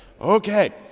Okay